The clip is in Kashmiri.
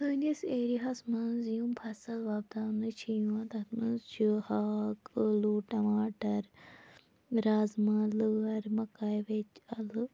سٲنِس ایریاہَس مَنٛز یِم فصل وۄبداونہٕ چھِ یِوان تتھ مَنٛز چھ ہاکھ ٲلوٕ ٹَماٹَر رازما لٲر مَکاے وَچہ اَلہٕ